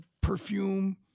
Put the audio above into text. perfume